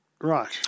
Right